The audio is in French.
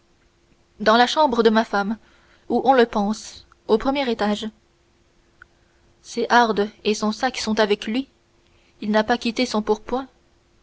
dans la chambre de ma femme où on le panse au premier étage ses hardes et son sac sont avec lui il n'a pas quitté son pourpoint